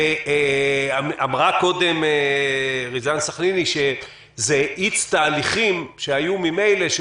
אמרה קודם ד"ר ריזאן סחניני שזה האיץ תהליכים שהיו ממילא,